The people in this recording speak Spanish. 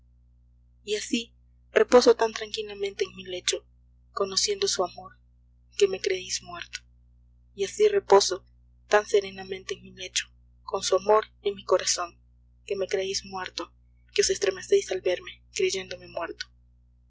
y así reposo tan tranquilamente en mi lecho conociendo su amor que me creéis muerto y así reposo tan serenamente en mi lecho con su amor en mi corazón que me creéis muerto que os estremecéis al verme creyéndome muerto